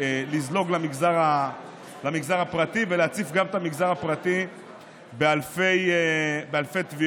לזלוג בשניות למגזר הפרטי ולהציף גם את המגזר הפרטי באלפי תביעות.